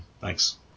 thanks